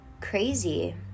crazy